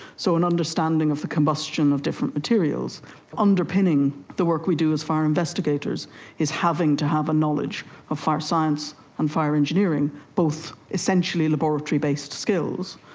so an understanding of the combustion of different materials underpinning the work we do as fire investigators is having to have a knowledge of fire science and fire engineering, both essentially laboratory-based skills,